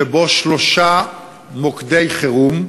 שבו שלושה מוקדי חירום,